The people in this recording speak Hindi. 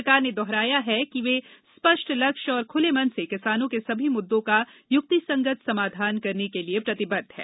सरकार ने दोहराया है कि वह स्पष्ट लक्ष्य और खुले मन से किसानों के सभी मुद्दों का युक्तिसंगत समाधान करने के लिए प्रतिबद्ध है